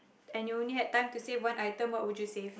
and you only had time to save one item what would you save